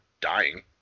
dying